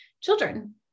children